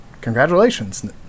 Congratulations